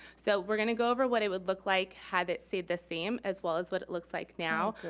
so we're gonna go over what it would look like had it stayed the same, as well as what it looks like now.